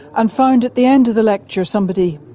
and found at the end of the lecture somebody,